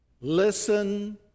Listen